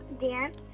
dance